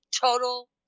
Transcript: total